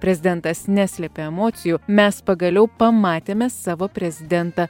prezidentas neslėpė emocijų mes pagaliau pamatėme savo prezidentą